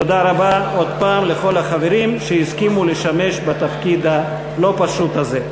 תודה רבה עוד פעם לכל החברים שהסכימו לשמש בתפקיד הלא-פשוט הזה.